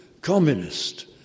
communist